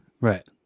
Right